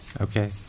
Okay